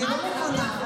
אל תדברי על חולשת החיילים,